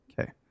Okay